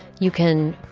you can.